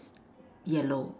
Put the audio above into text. yellow